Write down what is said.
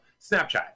Snapchat